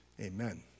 Amen